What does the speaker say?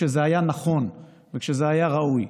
כשזה היה נכון וכשזה היה ראוי.